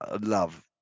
love